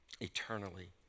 eternally